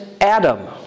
Adam